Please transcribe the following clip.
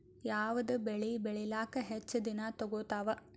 ಯಾವದ ಬೆಳಿ ಬೇಳಿಲಾಕ ಹೆಚ್ಚ ದಿನಾ ತೋಗತ್ತಾವ?